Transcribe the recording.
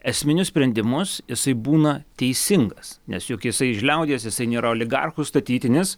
esminius sprendimus jisai būna teisingas nes juk jisai iš liaudies jisai nėra oligarchų statytinis